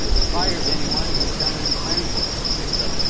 and fires anyone who's done any planning for it. okay. so,